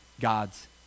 God's